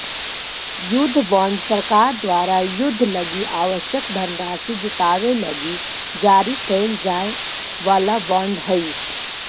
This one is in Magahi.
युद्ध बॉन्ड सरकार द्वारा युद्ध लगी आवश्यक धनराशि जुटावे लगी जारी कैल जाए वाला बॉन्ड हइ